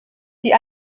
die